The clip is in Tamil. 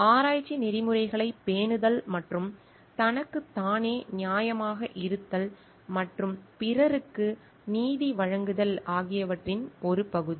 ஆராய்ச்சி நெறிமுறைகளைப் பேணுதல் மற்றும் தனக்குத்தானே நியாயமாக இருத்தல் மற்றும் பிறருக்கு நீதி வழங்குதல் ஆகியவற்றின் ஒரு பகுதி